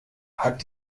hat